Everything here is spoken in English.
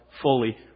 fully